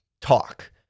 talk